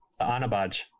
Anabaj